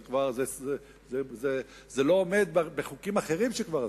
זה לא עומד בחוקים אחרים שכבר חוקקנו.